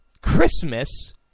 Christmas